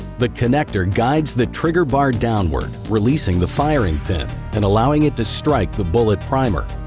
the connector guides the trigger bar downward, releasing the firing pin and allowing it to strike the bullet primer.